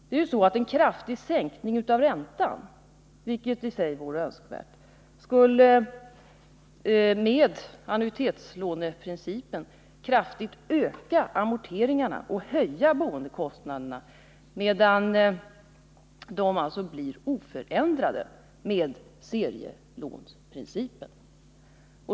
Det är ju så att en kraftig sänkning av räntan, vilket i sig vore önskvärt, med annuitetslåneprincipen kraftigt skulle öka amorteringarna och höja boendekostnaderna, medan dessa blir oförändrade med serielåneprincipen.